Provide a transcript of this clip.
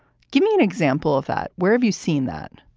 give me an example of that. where have you seen that?